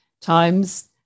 times